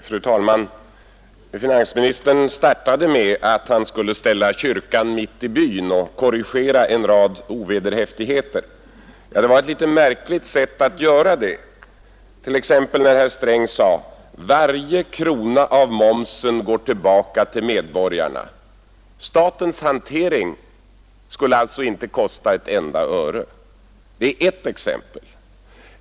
Fru talman! Finansministern startade med att säga att han skulle ställa kyrkan mitt i byn och korrigera en rad ovederhäftigheter. Jag tycker då att det var ganska märkligt att herr Sträng sedan kunde påstå att varje krona av momsen går tillbaka till medborgarna. Statens hantering skulle alltså inte kosta ett enda öre. Det är ett exempel bland flera.